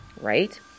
right